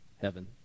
heaven